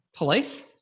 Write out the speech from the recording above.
police